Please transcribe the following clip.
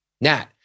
Nat